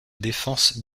défense